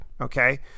okay